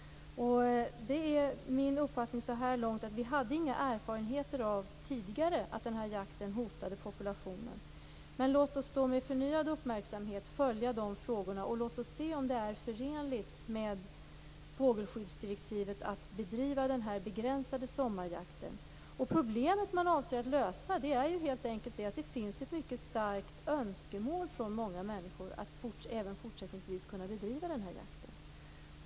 Det är min uppfattning så här långt att vi tidigare inte har haft några erfarenheter av att denna jakt har hotat populationen. Men låt oss med förnyad uppmärksamhet följa frågorna, och låt oss se om det är förenligt med fågelskyddsdirektivet att bedriva denna begränsade sommarjakt. Det problem som man avser att lösa är helt enkelt det mycket starka önskemålet från människor att även fortsättningsvis kunna bedriva den här jakten.